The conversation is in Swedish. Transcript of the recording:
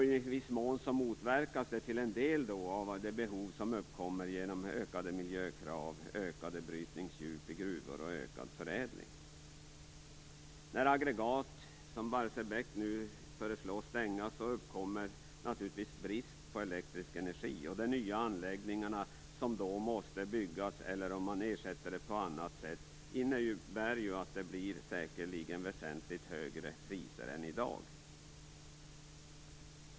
I viss mån motverkas detta till en del av de behov som uppkommer genom ökade miljökrav, ökat brytningsdjup i gruvor och ökad förädling. När aggregat som Barsebäck föreslås stängas uppkommer naturligtvis brist på elektrisk energi. De nya anläggningar som då måste byggas, eller om man ersätter det på annat sätt, innebär att det säkerligen blir väsentligt högre priser än i dag.